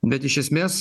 bet iš esmės